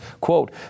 quote